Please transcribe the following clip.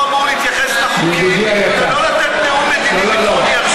הוא אמור להתייחס לחוקים ולא לתת נאום מדיני-ביטחוני עכשיו,